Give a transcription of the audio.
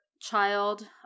child